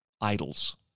idols